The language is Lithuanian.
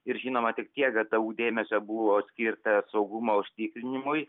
ir žinoma tik tiek kad daug dėmesio buvo atkirtę saugumo užtikrinimui